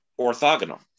orthogonal